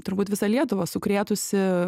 turbūt visą lietuvą sukrėtusį